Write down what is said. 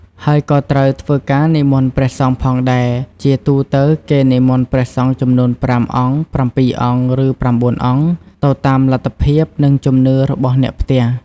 ហើយក៏ត្រូវ ធ្វើការនិមន្តព្រះសង្ឃផងដែរ ជាទូទៅ គេនិមន្តព្រះសង្ឃចំនួន ៥ អង្គ ៧ អង្គ ឬ ៩ អង្គ ទៅតាមលទ្ធភាព និងជំនឿរបស់អ្នកផ្ទះ។